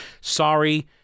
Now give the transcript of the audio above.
Sorry